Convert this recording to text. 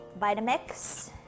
Vitamix